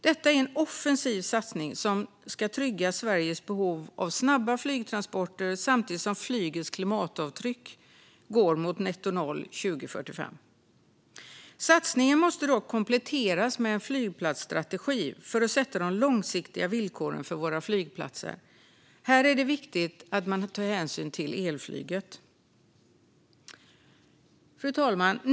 Detta är en offensiv satsning som ska trygga Sveriges behov av snabba flygtransporter, samtidigt som flygets klimatavtryck går mot netto noll 2045. Satsningen måste dock kompletteras med en flygplatsstrategi för att sätta de långsiktiga villkoren för våra flygplatser. Här är det viktigt att man tar hänsyn till elflyget. Fru talman!